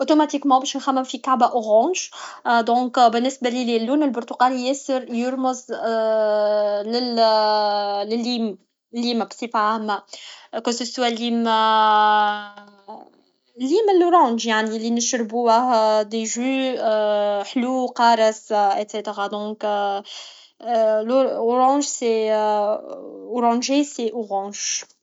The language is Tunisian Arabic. اتوماتيكمون باش نخمم في كعبه اوغونج دونك بالنسه ليا اللون البرتقالي ياسر يرمز ل لليم لليم بصفه عامه كوسوسوا الليم اليم لورانج يعني لي نشربوه دي جي حلو قارس اكسيتيغا دونك لوغانج سي اوغونجيه سي اوغانج